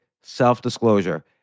self-disclosure